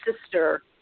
sister